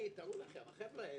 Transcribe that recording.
החבר'ה האלה,